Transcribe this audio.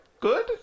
good